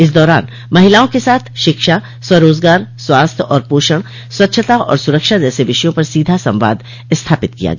इस दौरान महिलाओं के साथ शिक्षा स्वरोजगार स्वास्थ्य एवं पोषण स्वच्छता और स्रक्षा जैसे विषयों पर सीधा संवाद स्थापित किया गया